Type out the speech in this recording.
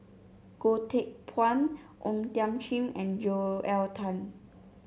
Goh Teck Phuan O Thiam Chin and Joel Tan